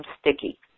sticky